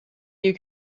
you